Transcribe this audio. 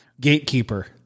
gatekeeper